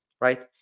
right